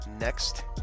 next